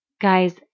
Guys